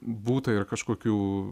būta ir kažkokių